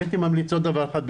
הייתי ממליץ עוד דבר אחד,